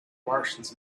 martians